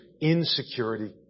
insecurity